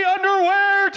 Underwear